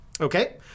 Okay